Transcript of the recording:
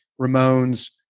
Ramones